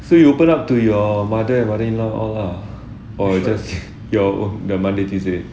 so you open up to your mother and mother in law all ah or you just your monday tuesday